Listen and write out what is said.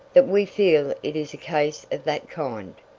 that we feel it is a case of that kind.